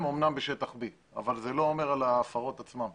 אמנם בשטח B אבל זה לא אומר על ההפרות עצמן.